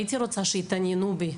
הייתי רוצה שיתעניינו בו,